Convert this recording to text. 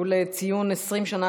הצעות לסדר-היום בנושא: ציון 20 שנה